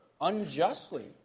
unjustly